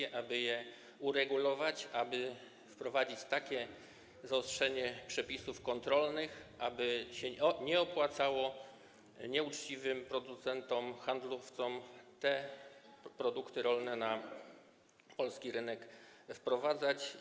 Chodzi o to, aby je uregulować, aby wprowadzić takie zaostrzenie przepisów kontrolnych, by się nie opłacało nieuczciwym producentom, handlowcom te produkty rolne na polski rynek wprowadzać.